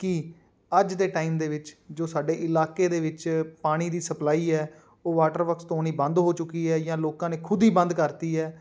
ਕੀ ਅੱਜ ਦੇ ਟਾਈਮ ਦੇ ਵਿੱਚ ਜੋ ਸਾਡੇ ਇਲਾਕੇ ਦੇ ਵਿੱਚ ਪਾਣੀ ਦੀ ਸਪਲਾਈ ਹੈ ਉਹ ਵਾਟਰ ਵਰਕਸ ਤੋਂ ਆਉਣੀ ਬੰਦ ਹੋ ਚੁੱਕੀ ਹੈ ਜਾਂ ਲੋਕਾਂ ਨੇ ਖੁਦ ਹੀ ਬੰਦ ਕਰ ਤੀ ਹੈ